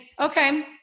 okay